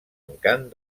encant